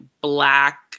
black